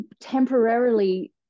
temporarily